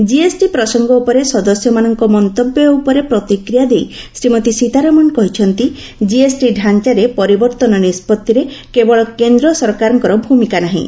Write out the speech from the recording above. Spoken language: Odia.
କିଏସଟି ପ୍ରସଙ୍ଗ ଉପରେ ସଦସ୍ୟମାନଙ୍କ ମନ୍ତବ୍ୟ ଉପରେ ପ୍ରତିକ୍ରିୟା ଦେଇ ଶ୍ରୀମତୀ ସୀତାରମଣ କହିଛନ୍ତି କିଏସଟି ଡାଞ୍ଚାରେ ପରିବର୍ତ୍ତନ ନିଷ୍ପଭିରେ କେବଳ କେନ୍ଦ୍ର ସରକାରଙ୍କର ଭୂମିକା ନାହିଁ